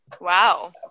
Wow